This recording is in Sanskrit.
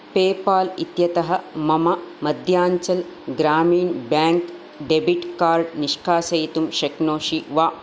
पेपाल् इत्यतः मम Madhyanchal Gramin bank debit card निष्कासयितुं शक्नोषि वा